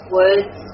words